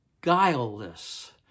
guileless